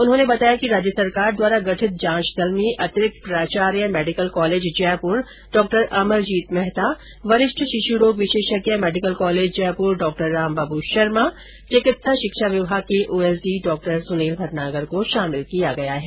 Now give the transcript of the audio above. उन्होंने बताया कि राज्य सरकार द्वारा गठित जांच दल में अतिरिक्त प्राचार्य मेडिकल कॉलेज जयपुर डॉ अमरजीत मेहता वरिष्ठ शिश्रोग विशेषज्ञ मेडिकल कॉलेज जयपुर डॉ रामबाबू शर्मा चिकित्सा शिक्षा विभाग के ओएसडी डॉ सुनील भटनागर को शामिल किया गया है